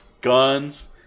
Guns